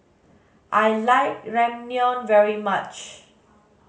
I like Ramyeon very much